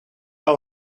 will